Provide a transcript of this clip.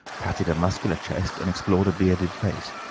patted a muscular chest, and explored a bearded face.